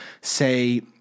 say